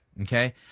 okay